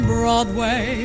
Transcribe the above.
Broadway